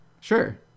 Sure